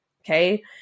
Okay